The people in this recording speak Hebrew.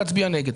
להצביע נגד.